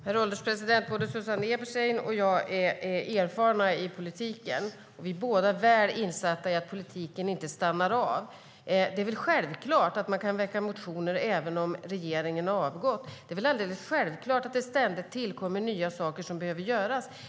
Herr ålderspresident! Både Susanne Eberstein och jag är erfarna i politiken, och vi är båda väl insatta i att politiken inte stannar av. Det är väl självklart att man kan väcka motioner även om regeringen har avgått. Det är väl självklart att det ständigt tillkommer nya saker som behöver göras.